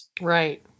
right